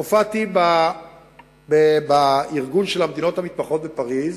הופעתי בארגון של המדינות המפותחות בפריס.